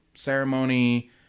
Ceremony